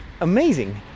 amazing